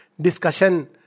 discussion